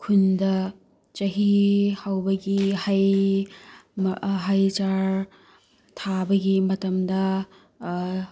ꯈꯨꯟꯗ ꯆꯍꯤ ꯍꯧꯕꯒꯤ ꯍꯩ ꯍꯩ ꯆꯥꯔ ꯊꯥꯕꯒꯤ ꯃꯇꯝꯗ